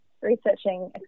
researching